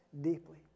deeply